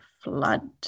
flood